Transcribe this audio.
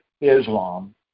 Islam